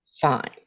fine